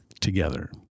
together